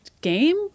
game